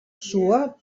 sua